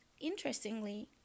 Interestingly